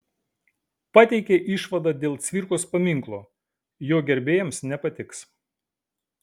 pateikė išvadą dėl cvirkos paminklo jo gerbėjams nepatiks